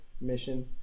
mission